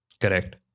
Correct